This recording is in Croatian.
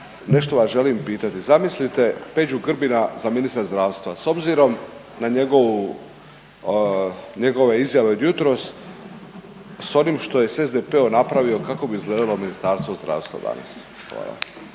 nešto vaš želim pitati. Zamislite Peđu Grbina za ministra zdravstva s obzirom na njegovu, njegove izjave od jutros s onim što je s SDP-om napravio kako bi izgledalo Ministarstvo zdravstva danas.